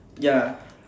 ya